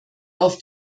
auf